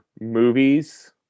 movies